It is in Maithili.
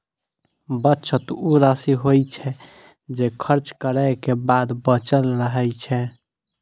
बचत ऊ राशि होइ छै, जे खर्च करै के बाद बचल रहै छै